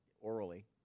orally